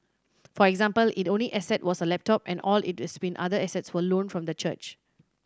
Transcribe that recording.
for example it only asset was a laptop and all its been other assets were loaned from the church